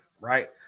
right